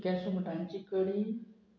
सुक्या सुंगटांची कडी